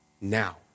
now